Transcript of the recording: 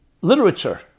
literature